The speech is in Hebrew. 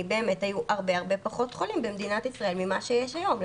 באמת היו הרבה הרבה פחות חולים במדינת ישראל ממה שיש היום.